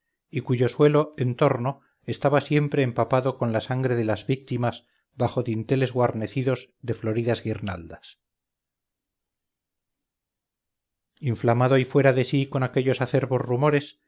y cuyo suelo en torno estaba siempre empapado con la sangre de las víctimas bajo dinteles guarnecidos de floridas guirnaldas inflamado y fuera de sí con aquellos acerbos rumores